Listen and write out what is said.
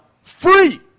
free